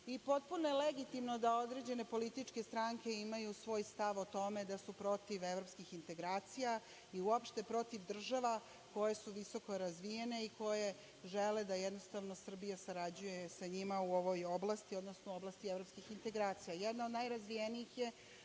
i potpuno je legitimno da određene političke stranke imaju svoj stav o tome da su protiv evropskih integracija i uopšte protiv država koje su visoko razvijene i koje žele da jednostavno Srbija sarađuje sa njima u ovoj oblasti, odnosno u oblasti evropskih integracija. Jedna od najrazvijenijih je,